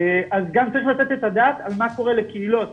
צריך גם לתת את הדעת על מה קורה לקהילות